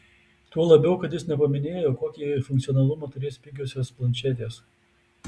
tuo labiau kad jis nepaminėjo kokį funkcionalumą turės pigiosios planšetės